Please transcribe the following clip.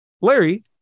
Larry